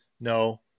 No